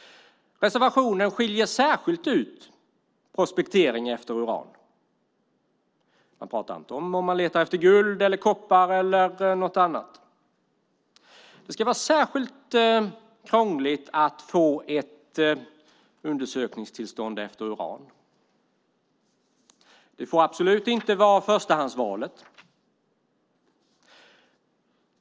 Reservationen skiljer särskilt ut prospektering efter uran. Man pratar inte om att leta efter guld, koppar eller något annat. Det ska vara särskilt krångligt att få ett undersökningstillstånd för uran. Det får absolut inte vara förstahandsvalet.